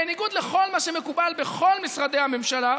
בניגוד לכל מה שמקובל בכל משרדי הממשלה,